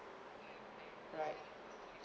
right